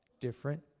different